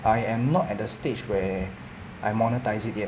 I am not at the stage where I monetise it yet